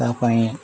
ତା ପାଇଁ